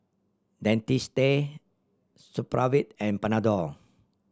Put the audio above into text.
Dentiste Supravit and Panadol